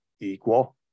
equal